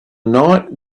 night